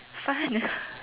fun